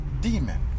demon